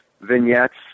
vignettes